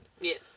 Yes